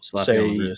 say